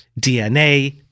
DNA